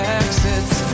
exits